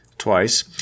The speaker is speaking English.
Twice